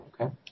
Okay